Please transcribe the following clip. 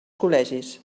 col·legis